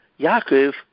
Yaakov